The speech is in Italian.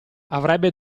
avrebbe